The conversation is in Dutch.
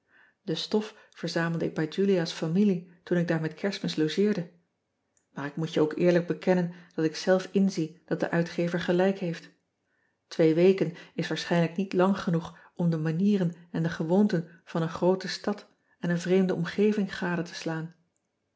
e stof verzamelde ik bij ulia s familie toen ik daar met erstmis logeerde aar ik moet je ook eerlijk bekennen dat ik zelf inzie dat de uitgever gelijk heeft wee weken is waarschijnlijk niet lang genoeg om de manieren en de gewoonten van een groote stad en een vreemde omgeving gade te slaan